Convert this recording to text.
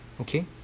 okay